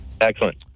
Excellent